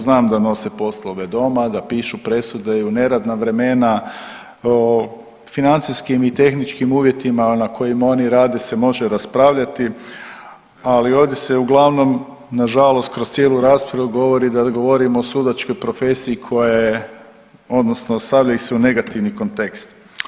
Znam da nose poslove doma, da pišu presude i u neradna vremena o financijskim i tehničkim uvjetima na kojima oni rade se može raspravljati, ali ovdje se uglavnom nažalost kroz cijelu raspravu govori da govorimo o sudačkoj profesiji koja je odnosno stavlja ih se u negativni kontekst.